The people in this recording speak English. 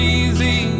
easy